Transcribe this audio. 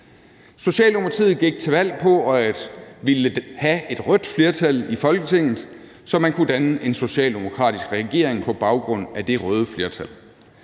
Socialdemokratiet gik til valg på at ville have et rødt flertal i Folketinget, så man kunne danne en socialdemokratisk regering på baggrund af det røde flertal.